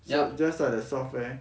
so just like the software